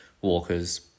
walkers